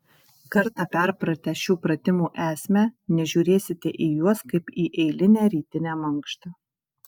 kartą perpratę šių pratimų esmę nežiūrėsite į juos kaip į eilinę rytinę mankštą